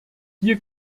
hier